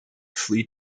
flee